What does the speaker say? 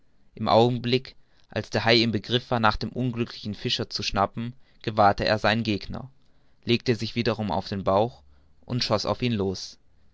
im augenblick als der hai im begriff war nach dem unglücklichen fischer zu schnappen gewahrte er seinen neuen gegner legte sich wieder um auf den bauch und schoß auf ihn los